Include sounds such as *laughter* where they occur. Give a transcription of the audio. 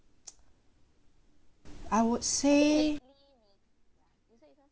*noise* I would say